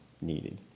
needed